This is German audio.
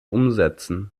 umsetzen